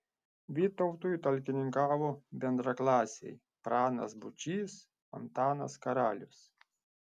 vytautui talkininkavo bendraklasiai pranas būčys antanas karalius